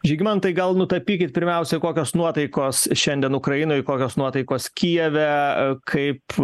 žygimantai gal nutapykit pirmiausia kokios nuotaikos šiandien ukrainoj kokios nuotaikos kijeve kaip